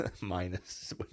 Minus